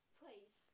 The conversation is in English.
please